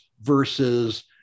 versus